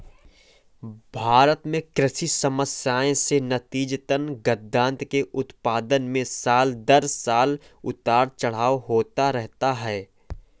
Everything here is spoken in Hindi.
भारत में कृषि समस्याएं से नतीजतन, खाद्यान्न के उत्पादन में साल दर साल उतार चढ़ाव होता रहता है